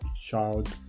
child